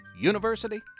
University